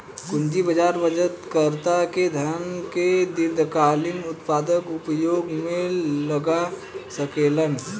पूंजी बाजार बचतकर्ता के धन के दीर्घकालिक उत्पादक उपयोग में लगा सकेलन